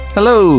Hello